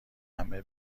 همه